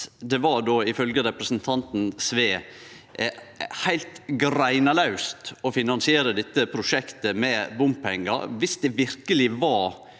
det var – ifølgje representanten Sve – heilt greinlaust å finansiere dette prosjektet med bompengar, viss det verkeleg var